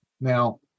Now